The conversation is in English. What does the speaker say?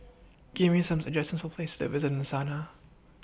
Give Me Some suggestions For Places to visit in Sanaa